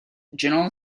general